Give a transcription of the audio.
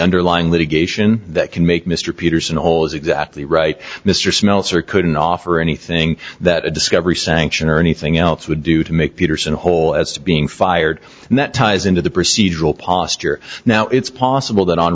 underlying litigation that can make mr peterson whole is exactly right mr smeltzer couldn't offer anything that a discovery sanction or anything else would do to make peterson whole as to being fired and that ties into the procedural posture now it's possible that